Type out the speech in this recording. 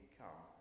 come